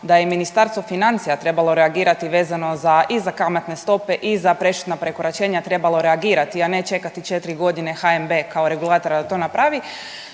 da je Ministarstvo financija trebalo reagirati vezano za i za kamatne stope i za prešutna prekoračenja trebalo reagirati, a ne čekati četiri godine HNB kao regulatora da to napravi